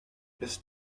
ist